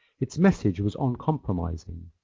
its message was uncompromising,